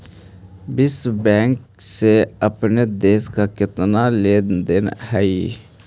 विश्व बैंक से अपने देश का केतना लें देन हई